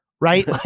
right